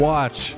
Watch